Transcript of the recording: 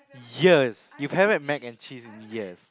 years you haven't had mac and cheese in years